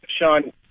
Sean